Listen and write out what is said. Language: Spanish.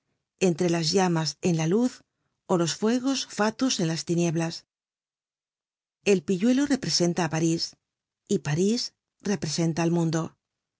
entre las llamas en la luz ó los fuegos fatuos en las tinieblas el pilluelo representa á parís y parís representa el mundo